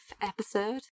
episode